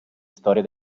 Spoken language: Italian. storia